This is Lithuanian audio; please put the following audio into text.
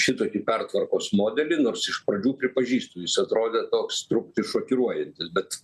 šitokį pertvarkos modelį nors iš pradžių pripažįstu jis atrodė toks truputį šokiruojantis bet